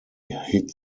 hit